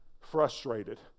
frustrated